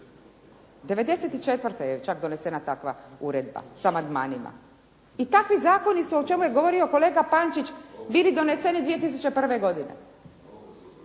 94. je čak donesena takva uredba s amandmanima i takvi zakoni su o čemu je govorio kolega Pančić bili doneseni 2001. godine,